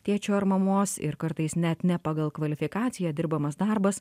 tėčio ar mamos ir kartais net ne pagal kvalifikaciją dirbamas darbas